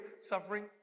suffering